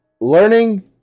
learning